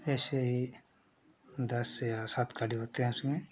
ऐसे ही दस या सात खिलाड़ी होते हैं उसमें